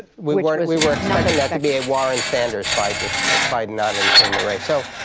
we we weren't we were expecting that to be a warren-sanders fight, with biden not in in the race. so,